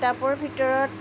কিতাপৰ ভিতৰত